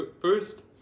First